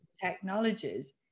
technologies